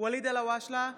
ואליד אלהואשלה,